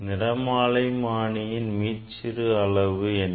நிறமாலைமானியின் மீச்சிறு அளவு என்ன